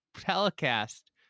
telecast